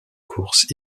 courses